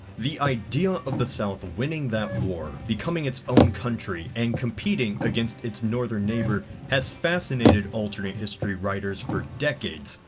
the idea of the south winning that war, becoming its own country, and competing against its northern neighbor has fascinated alternate history writers for decades.